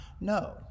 no